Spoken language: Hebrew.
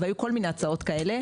והיו כל מיני הצעות כאלה.